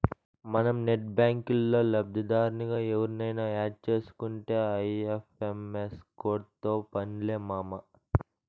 మనం నెట్ బ్యాంకిల్లో లబ్దిదారునిగా ఎవుర్నయిన యాడ్ సేసుకుంటే ఐ.ఎఫ్.ఎం.ఎస్ కోడ్తో పన్లే మామా